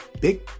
Big